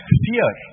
fear